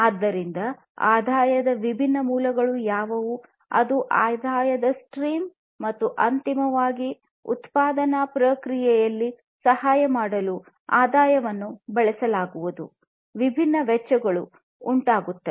ಆದ್ದರಿಂದ ಆದಾಯದ ವಿಭಿನ್ನ ಮೂಲಗಳು ಯಾವುವು ಅದು ಆದಾಯದ ಸ್ಟ್ರೀಮ್ ಮತ್ತು ಅಂತಿಮವಾಗಿ ಉತ್ಪಾದನಾ ಪ್ರಕ್ರಿಯೆಯಲ್ಲಿ ಸಹಾಯ ಮಾಡಲು ಆದಾಯವನ್ನು ಬಳಸಲಾಗುವುದು